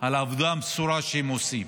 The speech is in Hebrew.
על העבודה המסורה שהם עושים.